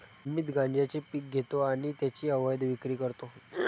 अमित गांजेचे पीक घेतो आणि त्याची अवैध विक्री करतो